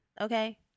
okay